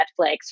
Netflix